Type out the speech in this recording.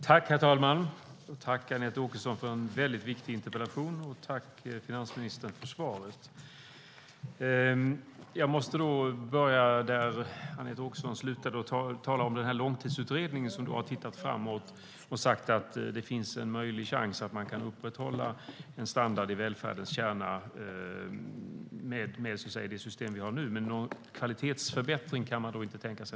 Herr talman! Tack, Anette Åkesson, för en viktig interpellation, och tack, finansministern, för svaret. Jag måste börja där Anette Åkesson slutade och tala om Långtidsutredningen - som har tittat framåt. Man har sagt att det finns en chans att upprätthålla en standard i välfärdens kärna med det system vi har nu, men någon kvalitetsförbättring kan man inte tänka sig.